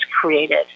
created